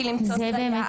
(אומרת דברים בשפת הסימנים,